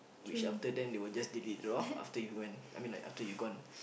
which after then they will just delete draft after you went I mean like after you gone